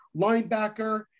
linebacker